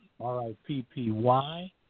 R-I-P-P-Y